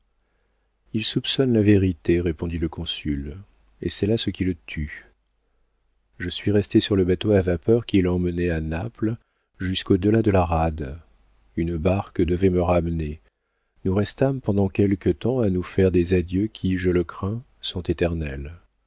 il soupçonne la vérité répondit le consul et c'est là ce qui le tue je suis resté sur le bateau à vapeur qui l'emmenait à naples jusqu'au delà de la rade une barque devait me ramener nous restâmes pendant quelque temps à nous faire des adieux qui je le crains sont éternels